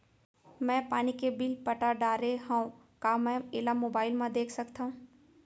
मैं पानी के बिल पटा डारे हव का मैं एला मोबाइल म देख सकथव?